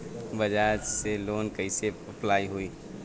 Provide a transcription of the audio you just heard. बजाज से लोन कईसे अप्लाई होई?